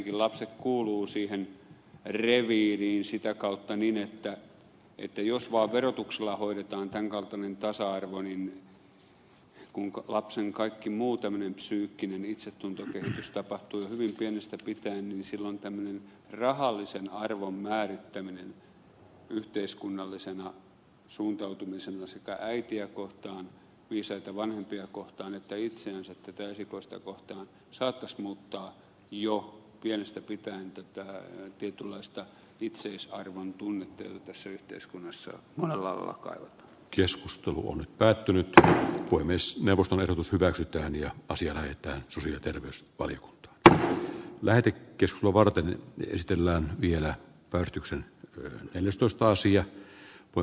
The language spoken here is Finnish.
jotenkin lapset kuuluvat siihen reviiriin sitä kautta niin että jos vaan verotuksella hoidetaan tämän kaltainen tasa arvo niin kun lapsen kaikki muu tämmöinen psyykkinen itsetuntokehitys tapahtuu jo hyvin pienestä pitäen niin silloin tämmöinen rahallisen arvon määrittäminen yhteiskunnallisena suuntautumisena sekä äitiä kohtaan viisaita vanhempia kohtaan että itseänsä kohtaan tätä esikoista kohtaan saattaisi muuttaa jo pienestä pitäen tätä tietynlaista itseisarvon tunnetta jota tässä yhteiskunnassa illalla tai keskusteluun päätynyttä puhemiesneuvoston ehdotus hyväksytään ja asia on että suuria terveys oli tähän lähti kesla varten yhtiöllä vielä yrityksen monella alalla kaivataan